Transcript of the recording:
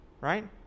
right